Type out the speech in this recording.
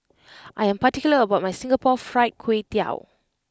I am particular about my Singapore Fried Kway Tiao